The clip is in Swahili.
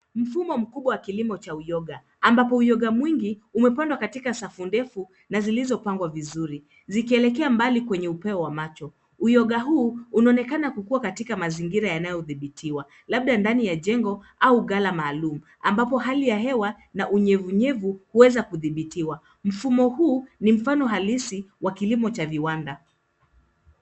Mfumo mkubwa wa kilimo cha uyoga ambapo uyoga mwingi umepandwa katika safu ndefu na ziliopangwa vizuri zikielekea mbali kwenye upeo wa macho. Uyoga huu unaonekana kukuwa katika mazingira yanayodhibitiwa labda ndani ya jengo au ghala maalum ambapo hali ya hewa na unyevunyevu huweza kudhibitiwa. Mfumo huu ni mfano halisi wa kilimo cha viwanda.